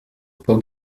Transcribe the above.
pour